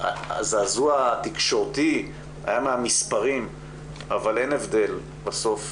הזעזוע התקשורתי היה מהמספרים אבל אין הבדל בסוף